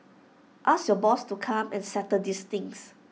ask your boss to come and settle this things